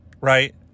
right